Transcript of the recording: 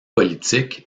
politique